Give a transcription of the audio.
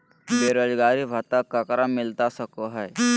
बेरोजगारी भत्ता ककरा मिलता सको है?